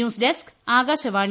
news desk Akashvani